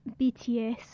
BTS